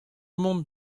mont